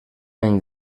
any